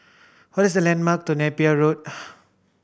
what is the landmark near Napier Road